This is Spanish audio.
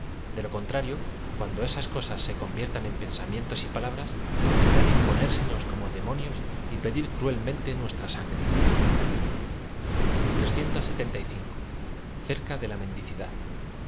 de lo contrario cuan do esas cosas se conviertan en pensamientos y pala bras querrán imponérsenos como demonios y pedir crnelmente nuestra sangre de la mendicidad